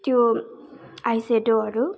त्यो आई सेडोहरू